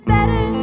Better